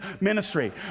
ministry